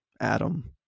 Adam